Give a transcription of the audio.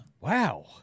Wow